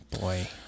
boy